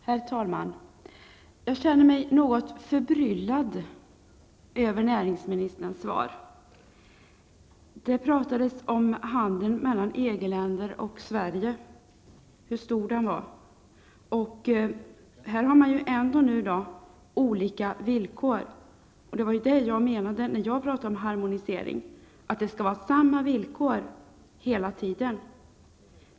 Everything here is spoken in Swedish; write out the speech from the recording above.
Herr talman! Jag känner mig något förbryllad över näringsministerns svar. Det pratades om hur stor handeln mellan EG-länder och Sverige var. Här gäller ändå olika villkor. Det var det jag menade när jag pratade om harmonisering, att det skall vara samma villkor hela tiden.